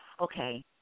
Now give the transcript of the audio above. okay